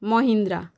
Mahindra